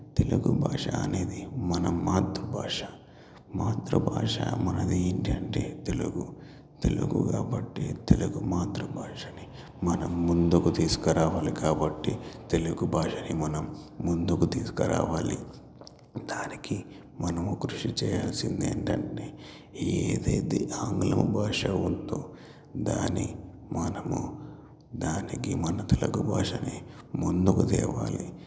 తెలుగు భాష అనేది మన మాతృభాష మాతృభాష మనది ఏంటి అంటే తెలుగు తెలుగు కాబట్టి తెలుగు మాతృభాషని మనం ముందుకు తీసుకురావాలి కాబట్టి తెలుగు భాషని మనం ముందుకు తీసుకురావాలి దానికి మనము కృషి చేయాల్సింది ఏంటంటే ఏదేంది ఆంగ్లం భాష ఉందో దాన్ని మనము దానికి మన తెలుగు భాషని ముందుకు తేవాలి